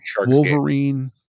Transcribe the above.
Wolverine